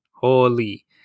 holy